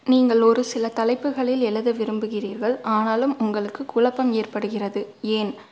நீங்கள் ஒரு சில தலைப்புகளில் எழுத விரும்புகிறீர்கள் ஆனாலும் உங்களுக்கு குழப்பம் ஏற்படுகிறது ஏன்